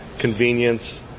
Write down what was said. Convenience